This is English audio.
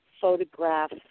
photograph